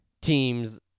teams